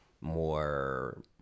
more